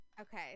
okay